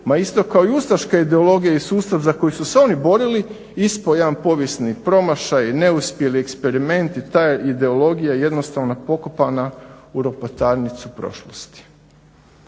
ma isto kao i ustaška ideologija i sustav za koji su se oni borili isto jedan povijesni promašaj, neuspjeli eksperiment i ta ideologija je jednostavno pokopana u ropotarnicu prošlosti.